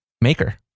Maker